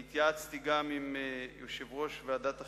אני התייעצתי גם עם יושב-ראש ועדת החינוך,